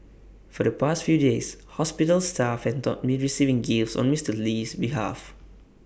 for the past few days hospital staff have not been receiving gifts on Mister Lee's behalf